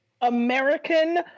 American